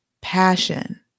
passion